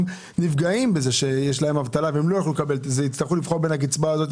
נפגעים מכך שיש להם אבטלה ולכן יצטרכו לבחור בין הקצבאות,